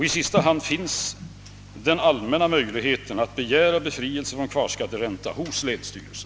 I sista hand finns den allmänna möjligheten att begära befrielse från kvarskatteränta hos länsstyrelsen.